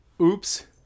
oops